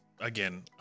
again